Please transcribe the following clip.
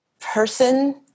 person